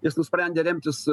jis nusprendė remtis